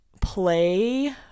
play